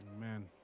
Man